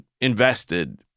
invested